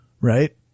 right